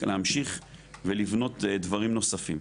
להמשיך ולבנות דברים נוספים.